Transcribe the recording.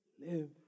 live